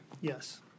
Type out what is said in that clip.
Yes